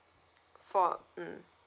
for mm